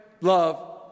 love